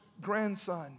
grandson